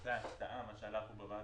בנושא ההקצאה שעלה בוועדה,